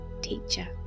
teacher